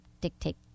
dictate